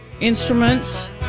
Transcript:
instruments